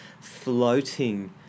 floating